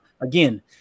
again